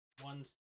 One